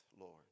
Lord